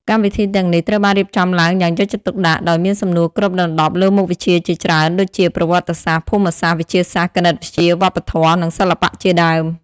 កម្មវិធីទាំងនេះត្រូវបានរៀបចំឡើងយ៉ាងយកចិត្តទុកដាក់ ដោយមានសំណួរគ្របដណ្ដប់លើមុខវិជ្ជាជាច្រើនដូចជា ប្រវត្តិសាស្ត្រ ភូមិសាស្ត្រ វិទ្យាសាស្ត្រ គណិតវិទ្យា វប្បធម៌ និងសិល្បៈជាដើម។